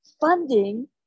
funding